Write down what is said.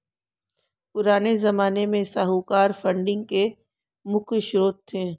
पुराने ज़माने में साहूकार फंडिंग के मुख्य श्रोत थे